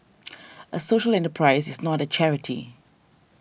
a social enterprise is not a charity